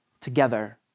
together